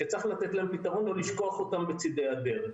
וצריך לתת להם פתרון ולא לשכוח אותן בצידי הדרך.